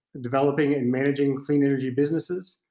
and developing, and managing clean energy businesses,